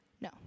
No